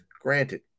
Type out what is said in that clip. Granted